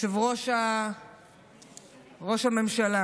ראש הממשלה.